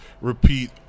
repeat